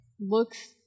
Looks